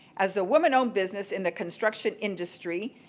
as a woman-owned business in the construction industry,